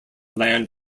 land